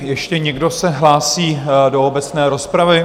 Ještě někdo se hlásí do obecné rozpravy?